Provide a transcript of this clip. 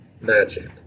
...magic